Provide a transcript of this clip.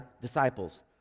disciples